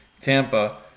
Tampa